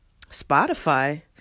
Spotify